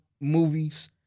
movies